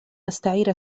أستعير